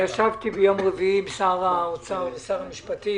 ישבתי ביום רביעי עם שר האוצר ומשרד המשפטים,